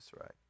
right